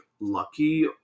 lucky